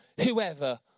whoever